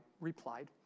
replied